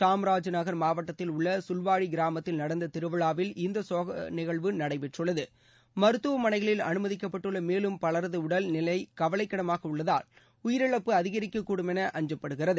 சாம்ராஜ் நகர் மாவட்டத்தில் உள்ள சுல்வாடி கிராமத்தில் நடந்த திருவிழாவில் இந்த சோக நிகழ்வு நடந்தது மருத்துவமனைகளில் அனுமதிக்கப்பட்டுள்ள மேலும் பலரது உடல் நிலை கவலைக்கிடமாக உள்ளதால் உயிரிழப்பு அதிகரிக்கக்கூடும் என அஞ்சப்படுகிறது